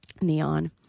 neon